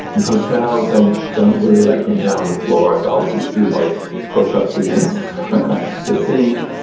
in hotels, i don't really like getting down on the floor, so i'll just do like push-ups against the sink.